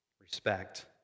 respect